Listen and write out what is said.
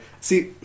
see